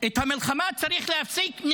את המלחמה צריך להפסיק.